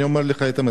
אני אומר לך את האמת,